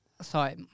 Sorry